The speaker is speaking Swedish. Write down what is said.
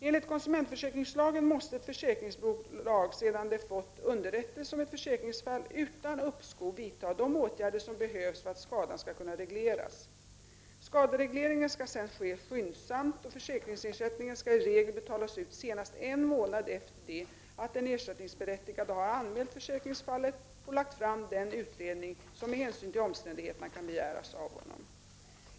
Enligt konsumentförsäkringslagen måste ett försäkringsbolag, sedan det fått underrättelse om ett försäkringsfall, utan uppskov vidta de åtgärder som behövs för att skadan skall kunna regleras. Skaderegleringen skall sedan ske skyndsamt, och försäkringsersättningen skall i regel betalas ut senast en månad efter det att den ersättningsberättigade har anmält försäkringsfallet och lagt fram den utredning som med hänsyn till omständigheterna kan begäras av honom.